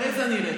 אחרי זה אני ארד.